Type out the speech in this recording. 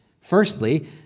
Firstly